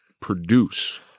produce